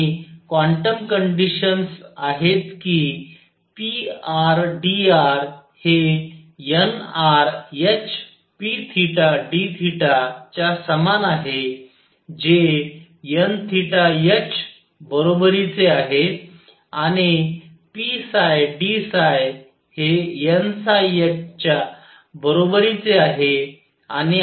आणि quantum conditions आहेत कि pr dr हे nr h pdθ च्या समान आहे जे nh बरोबरीचे आहे आणि pd हेnh बरोबरीचे आहे